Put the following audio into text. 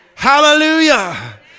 Hallelujah